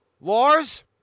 Lars